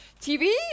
TV